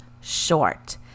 short